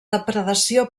depredació